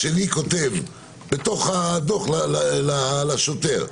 השני כותב בדוח לשוטר: